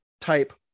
type